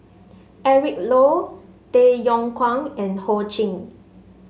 Eric Low Tay Yong Kwang and Ho Ching